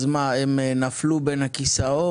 אז מה, הם נפלו בין הכיסאות?